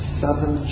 seven